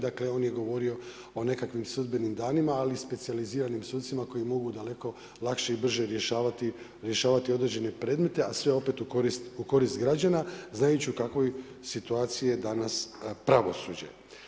Dakle on je govorio o nekakvim sudbenim danima, ali specijaliziranim sucima koji mogu daleko lakše i brže rješavati određene predmete, a sve opet u korist građana znajući u kakvoj situaciji je danas pravosuđe.